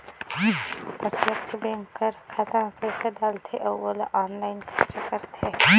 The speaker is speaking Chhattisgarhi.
प्रत्यक्छ बेंक कर खाता में पइसा डालथे अउ ओला आनलाईन खरचा करथे